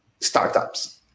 startups